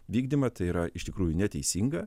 vykdymą tai yra iš tikrųjų neteisinga